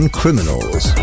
criminals